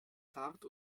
zart